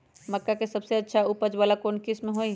मक्का के सबसे अच्छा उपज वाला कौन किस्म होई?